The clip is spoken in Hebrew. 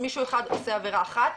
מישהו אחד עושה עבירה אחת,